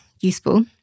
useful